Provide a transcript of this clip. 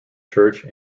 church